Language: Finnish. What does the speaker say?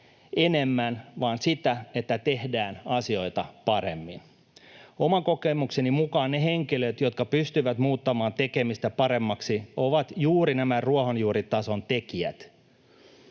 enemmän, vaan sillä, että tehdään asioita paremmin. Oman kokemukseni mukaan ne henkilöt, jotka pystyvät muuttamaan tekemistä paremmaksi, ovat juuri nämä ruohonjuuritason tekijät